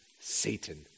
satan